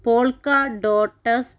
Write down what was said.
polka dots